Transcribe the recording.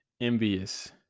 envious